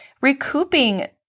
recouping